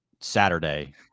Saturday